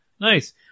Nice